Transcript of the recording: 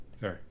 sorry